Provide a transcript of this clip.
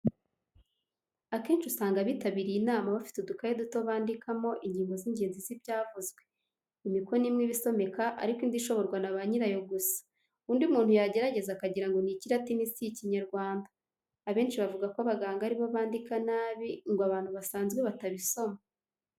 Akenshi usanga abitabiriye inama bafite udukayi duto bandikamo ingingo z'ingenzi z'ibyavuzwe; imikono imwe iba isomeka ariko indi ishoborwa na ba nyirayo gusa, undi muntu yagerageza akagirango ni Ikiratini si Ikinyarwanda, abenshi bavuga ko abaganga ari bo bandika nabi ngo abantu basanzwe batabisoma.